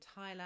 Thailand